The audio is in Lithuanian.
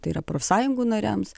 tai yra profsąjungų nariams